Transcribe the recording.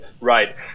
Right